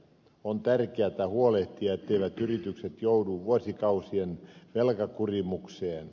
on tärkeätä huolehtia etteivät yritykset joudu vuosikausien velkakurimukseen